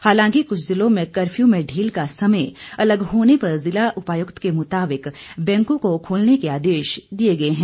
हालांकि कुछ जिलों में कर्फ्यू में ढील का समय अलग होने पर जिला उपायुक्त के मुताबिक बैंकों को खोलने के आदेश दिए गए है